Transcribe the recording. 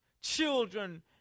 children